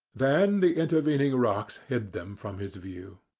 then the intervening rocks hid them from his view.